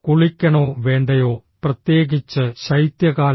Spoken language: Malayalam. കുളിക്കണോ വേണ്ടയോ പ്രത്യേകിച്ച് ശൈത്യകാലത്ത്